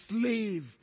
slave